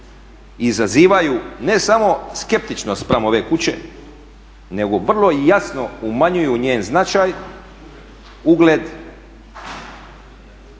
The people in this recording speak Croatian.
izazivaju ne samo skeptičnost spram ove kuće nego vrlo jasno umanjuju njen značaj, ugled,